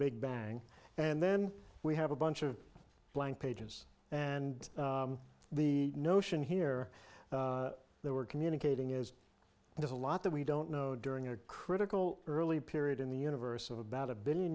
big bang and then we have a bunch of blank pages and the notion here they were communicating is there's a lot that we don't know during a critical early period in the universe of about a billion